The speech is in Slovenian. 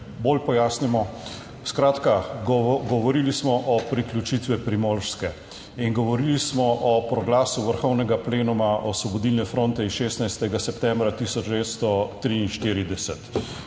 bolj pojasnimo, skratka, govorili smo o priključitvi Primorske in govorili smo o proglasu vrhovnega plenuma osvobodilne fronte iz 16. septembra 1943.